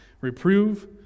Reprove